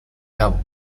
cabo